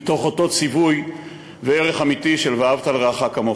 מתוך אותו ציווי וערך אמיתי של "ואהבת לרעך כמוך".